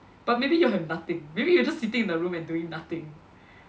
but maybe they all have nothing maybe you're just sitting in the room and doing nothing